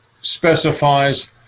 specifies